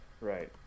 Right